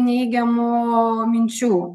neigiamų minčių